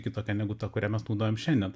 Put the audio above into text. kitokia negu ta kurią mes naudojam šiandien